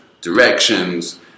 directions